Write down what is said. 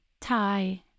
Thai